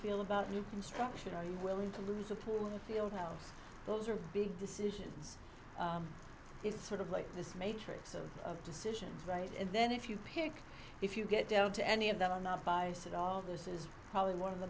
feel about new construction are you willing to lose a pool in the field house those are big decisions it's sort of like this matrix of decisions right and then if you pick if you get down to any of that i'm not biased at all this is probably one of the